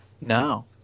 No